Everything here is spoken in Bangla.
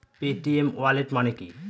পেটিএম ওয়ালেট মানে কি?